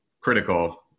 critical